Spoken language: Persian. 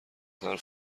حرف